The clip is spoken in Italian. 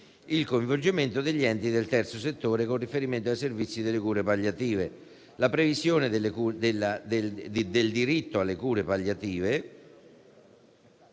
il coinvolgimento degli enti del terzo settore con riferimento ai servizi delle cure palliative; la previsione del diritto alle cure palliative